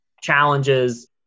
challenges